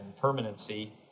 permanency